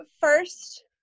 first